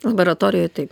laboratorijoj taip